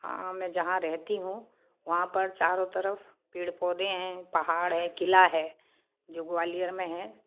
हाँ मैं जहाँ रहती हूँ वहाँ पर चारों तरफ़ पेड़ पौधे हैं पहाड़ है क़िला है जो ग्वालियर में है